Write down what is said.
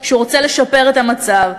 שהוא רוצה לשפר את המצב.